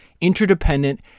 interdependent